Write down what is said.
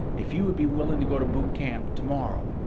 if you would be willing to go to boot camp tomorrow,